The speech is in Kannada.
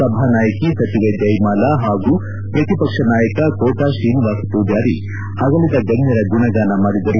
ಸಭಾ ನಾಯಕಿ ಸಚಿವೆ ಜಋಮಾಲಾ ಹಾಗೂ ಪ್ರತಿಪಕ್ಕ ನಾಯಕ ಕೋಟಾ ತ್ರೀನಿವಾಸ ಪೂಜಾರಿ ಅಗಲಿದ ಗಣ್ಣರ ಗುಣಗಾನ ಮಾಡಿದರು